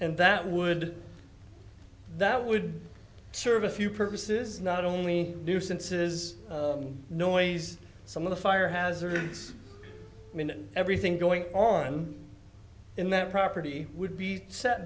and that would that would serve a few purposes not only nuisances noise some of the fire hazards i mean everything going on in that property would be set